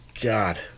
God